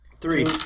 three